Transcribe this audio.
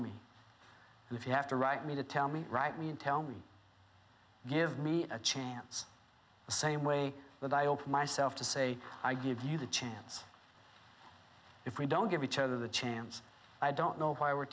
me if you have to write me to tell me right mean tell me give me a chance the same way that i open myself to say i give you the chance if we don't give each other the chance i don't know